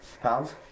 Pounds